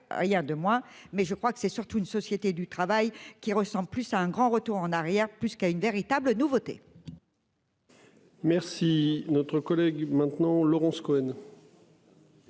y a 2 mois mais je crois que c'est surtout une société du travail qui ressemblent plus à un grand retour en arrière, plus qu'à une véritable nouveauté. Merci. Notre collègue maintenant Laurence Cohen.